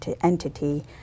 entity